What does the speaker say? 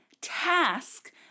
task